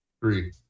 three